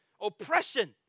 Oppression